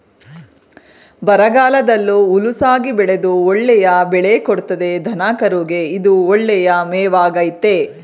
ಬರಗಾಲದಲ್ಲೂ ಹುಲುಸಾಗಿ ಬೆಳೆದು ಒಳ್ಳೆಯ ಬೆಳೆ ಕೊಡ್ತದೆ ದನಕರುಗೆ ಇದು ಒಳ್ಳೆಯ ಮೇವಾಗಾಯ್ತೆ